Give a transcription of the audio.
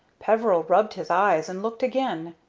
peveril rubbed his eyes and looked again.